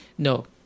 No